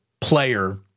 player